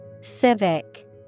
Civic